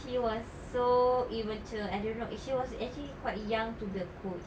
she was so immature I don't know she was actually quite young to be a coach